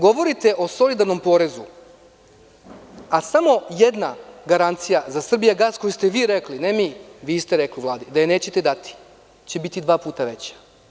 Govorite o solidarnom porezu, a samo jedna garancija za „Srbijagas“, što ste vi rekli, ne mi, vi ste rekli u Vladi da je nećete dati, biće dva puta veća.